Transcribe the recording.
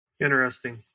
interesting